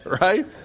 Right